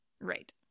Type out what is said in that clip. Right